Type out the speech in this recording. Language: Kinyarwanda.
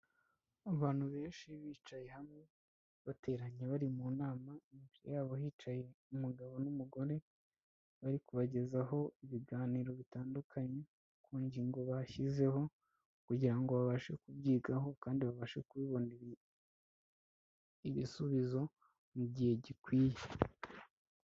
Abantu benshi bicaye hamwe, bateranye bari mu nama, imbere yabo hicaye umugabo n'umugore, bari kubagezaho ibiganiro bitandukanye ku ngingo bashyizeho, kugirango ngo babashe kubyigaho kandi babashe kubibone igisubizo mu gihe gikwiye.